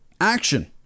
action